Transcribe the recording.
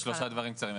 רק שלושה דברים קצרים.